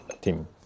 team